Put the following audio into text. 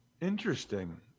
Interesting